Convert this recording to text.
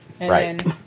Right